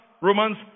Romans